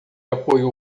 apoio